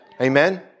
Amen